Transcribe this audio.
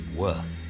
worth